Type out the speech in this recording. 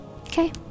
Okay